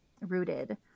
rooted